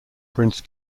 prince